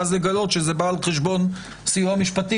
ואז לגלות שזה בא על חשבון סיוע משפטי